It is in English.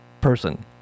person